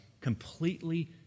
completely